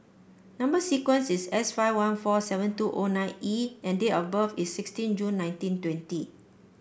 number sequence is S five one four seven two O nine E and date of birth is sixteen June nineteen twenty